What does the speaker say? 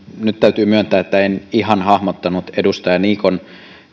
nyt täytyy myöntää että en ihan hahmottanut edustaja niikon